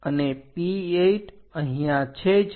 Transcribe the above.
અને P8 અહીંયા છે જ